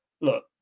look